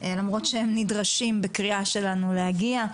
למרות שהם נדרשים בקריאה שלנו להגיע.